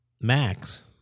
Max